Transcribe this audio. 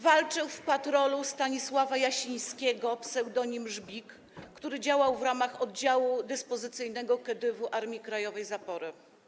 Walczył w patrolu Stanisława Jasińskiego ps. Żbik, który działał w ramach oddziału dyspozycyjnego Kedywu Armii Krajowej „Zapory”